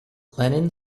lennon